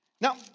Now